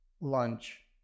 lunch